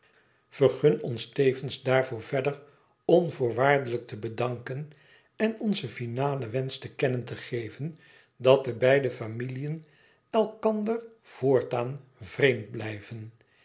vergun ons tevens daarvoor verder onvoorwaardelijk te bedanken en onzen finalen wensch te kennen te geven dat de beide familiën elkander voortaan vreemd blijven